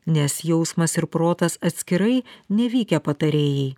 nes jausmas ir protas atskirai nevykę patarėjai